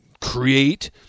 create